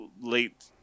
Late